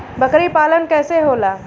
बकरी पालन कैसे होला?